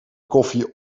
koffie